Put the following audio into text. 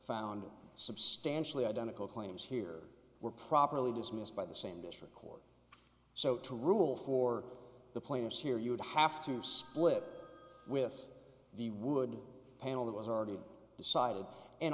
found substantially identical claims here were properly dismissed by the same district court so to rule for the plaintiff here you'd have to split with the wood panel that was already decided and